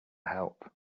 help